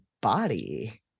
body